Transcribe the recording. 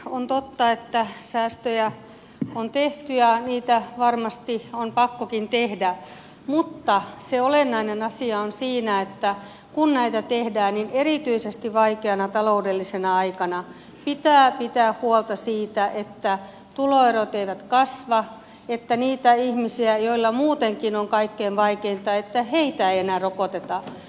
on totta että säästöjä on tehty ja niitä varmasti on pakkokin tehdä mutta se olennainen asia on siinä että kun näitä tehdään niin erityisesti vaikeana taloudellisena aikana pitää pitää huolta siitä että tuloerot eivät kasva että niitä ihmisiä joilla muutenkin on kaikkein vaikeinta ei enää rokoteta